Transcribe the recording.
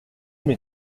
mais